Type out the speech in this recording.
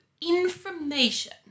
information